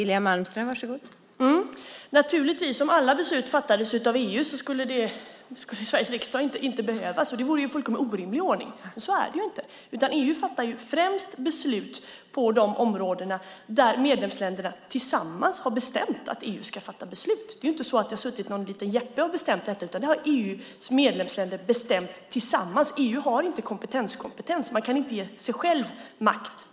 Fru talman! Om alla beslut fattades av EU skulle Sveriges riksdag naturligtvis inte behövas. Det vore en fullkomligt orimlig ordning. Så är det inte. EU fattar beslut främst på de områden där medlemsländerna tillsammans har bestämt att EU ska fatta beslut. Det är inte så att det har suttit en liten jeppe och bestämt detta, utan detta har EU:s medlemsländer bestämt tillsammans. EU har inte kompetenskompetens. Man kan inte ge sig själv makt.